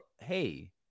Hey